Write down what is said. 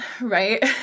Right